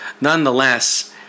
Nonetheless